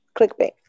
Clickbait